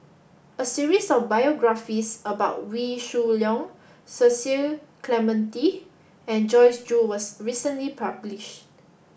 a series of biographies about Wee Shoo Leong Cecil Clementi and Joyce Jue was recently published